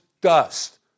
dust